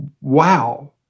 wow